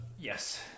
yes